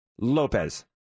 Lopez